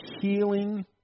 healing